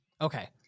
okay